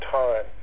time